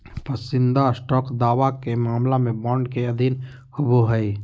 पसंदीदा स्टॉक दावा के मामला में बॉन्ड के अधीन होबो हइ